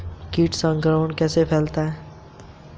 कीट संक्रमण कैसे फैलता है?